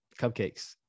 cupcakes